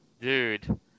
dude